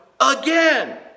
again